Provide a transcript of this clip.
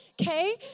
Okay